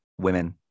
women